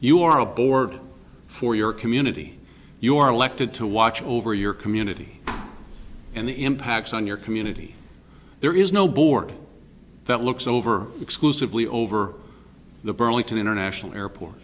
you are a board for your community your elected to watch over your community and the impacts on your community there is no board that looks over exclusively over the burlington international airport